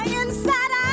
inside